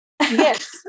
Yes